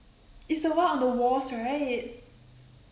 it's the one on the walls right